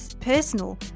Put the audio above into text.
personal